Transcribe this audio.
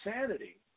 sanity